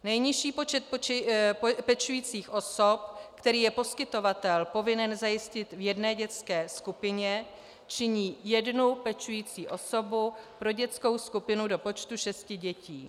Nejnižší počet pečujících osob, který je poskytovatel povinen zajistit v jedné dětské skupině, činí jednu pečující osobu pro dětskou skupinu do počtu šesti dětí.